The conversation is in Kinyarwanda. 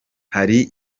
hari